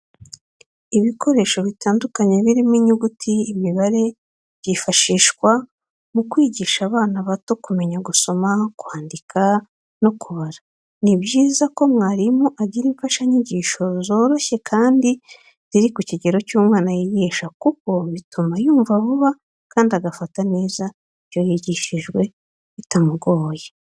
Ibikoresho bitandukanye birimo inyuguti n'imibare byifashishwa mu kwigisha abana bato kumenya gusoma kwandika no kubara. Ni byiza ko umwarimu agira imfashanyigisho zoroshye kandi ziri ku kigero cy'umwana yigisha kuko bituma yumva vuba kandi agafata neza ibyo yigishijwe bitamugoye